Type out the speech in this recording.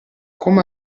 come